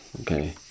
Okay